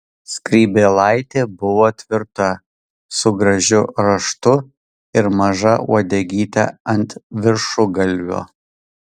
skrybėlaitė buvo tvirta su gražiu raštu ir maža uodegyte ant viršugalvio